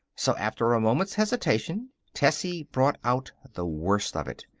so, after a moment's hesitation, tessie brought out the worst of it.